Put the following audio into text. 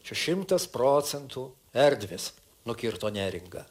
čia šimtas procentų erdvės nukirto neringa